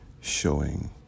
showing